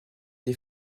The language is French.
des